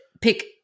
pick